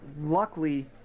luckily